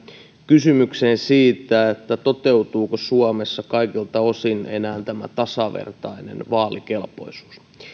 kysymykseen siitä toteutuuko suomessa kaikilta osin enää tasavertainen vaalikelpoisuus